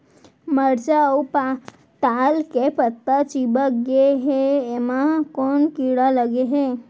मरचा अऊ पताल के पत्ता चिपक गे हे, एमा कोन कीड़ा लगे है?